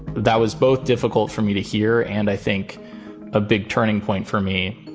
that was both difficult for me to hear. and i think a big turning point for me,